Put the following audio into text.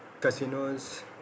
Casinos